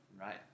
Right